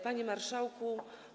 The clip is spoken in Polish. Panie Marszałku!